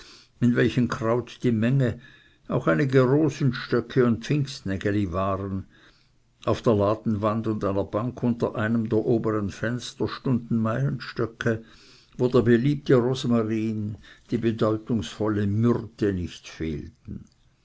in welchem kraut die menge auch einige rosenstöcke und pfingstnägeli waren auf der ladenwand und einer bank unter einem der obern fenster stunden meienstöcke wo der beliebte rosmarin die bedeutungsvolle myrthe nicht fehlten